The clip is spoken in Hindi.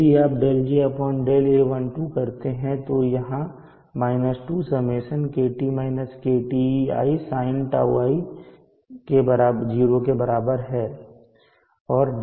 यदि आप δjδa12 करते हैं तो यहां 2Σ i sinτi है और यह 0 के बराबर है